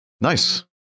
nice